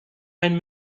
and